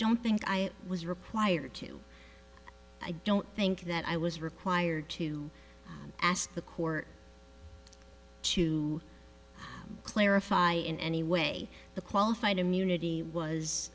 don't think i was replier to i don't think that i was required to ask the court to clarify in any way the qualified immunity was